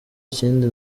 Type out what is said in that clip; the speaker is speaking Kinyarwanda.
kindi